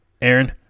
Aaron